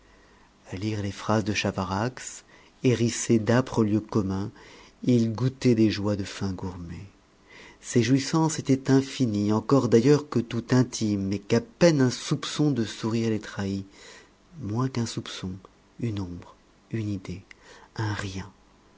à lire les phrases de chavarax hérissées d'âpres lieux communs il goûtait des joies de fin gourmet ses jouissances étaient infinies encore d'ailleurs que tout intimes et qu'à peine un soupçon de sourire les trahît moins qu'un soupçon une ombre une idée un rien